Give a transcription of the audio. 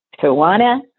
Tawana